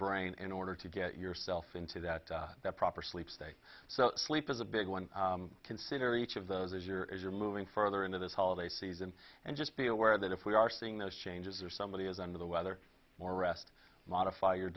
brain in order to get yourself into that proper sleep state so sleep is a big one consider each of those as your as you're moving further into this holiday season and just be aware that if we are seeing those changes or somebody is under the weather more rest modify your